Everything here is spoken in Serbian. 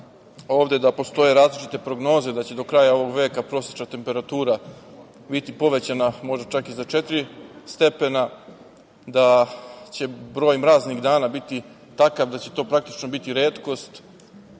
ovde da postoje različite prognoze da će do kraja ovog veka prosečna temperatura biti povećana možda čak i za četiri stepena, da će broj mraznih dana biti takav da će to, praktično, biti retkost,